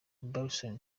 bryson